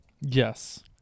Yes